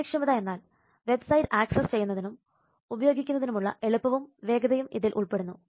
കാര്യക്ഷമത എന്നാൽ website access ചെയ്യുന്നതിനും ഉപയോഗിക്കുന്നതിനുമുള്ള എളുപ്പവും വേഗതയും ഇതിൽ ഉൾപ്പെടുന്നു